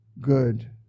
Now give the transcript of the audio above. good